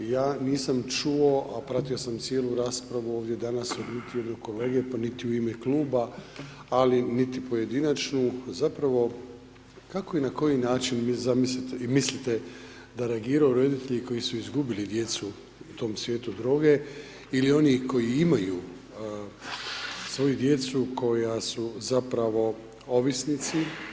Ja nisam čuo a pratio sam cijelu raspravu ovdje danas ... kolege pa niti u ime kluba ali niti pojedinačno, zapravo kako i na koji način vi mislite da reagiraju ... koji su izgubili djecu u tom svijetu droge ili oni koji imaju svoju djecu koja su zapravo ovisnici?